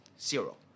zero